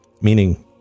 Meaning